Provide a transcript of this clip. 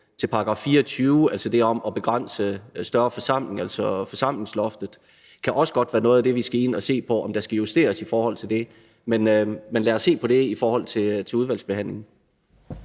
til § 24 om at begrænse større forsamlinger, altså forsamlingsloftet, at det også kan være noget af det, vi skal ind at se på, altså om der skal justeres på det. Men lad os se på det i forbindelse med udvalgsbehandlingen.